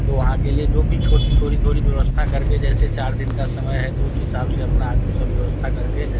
तो वहाँ के लिए जो भी छोटी थोड़ी थोड़ी व्यवस्था करके जैसे चार दिन का समय है तो उस हिसाब से अपना आदमी सब व्यवस्था कर के